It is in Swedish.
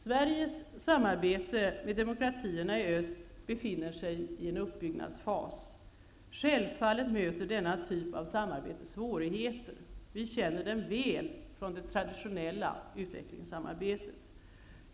Sveriges samarbete med demokratierna i öst befinner sig i en uppbyggnadsfas. Självfallet möter denna typ av samarbete svårigheter. Vi känner dem väl från det traditionella utvecklingssamarbetet.